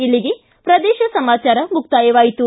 ಇಲ್ಲಿಗೆ ಪ್ರದೇಶ ಸಮಾಚಾರ ಮುಕ್ತಾಯವಾಯಿತು